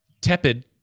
tepid